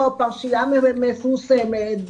אם זו לא פרשייה מפורסמת.